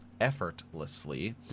effortlessly